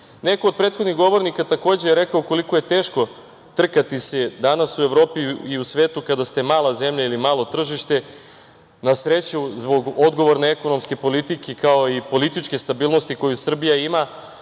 od prethodnih govornika, takođe je rekao da ukoliko je teško trkati se danas u Evropi i u svetu kada ste mala zemlja ili malo tržište, na sreću zbog odgovorne ekonomske politike kao i političke stabilnosti koju Srbija ima,